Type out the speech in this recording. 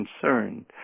concerned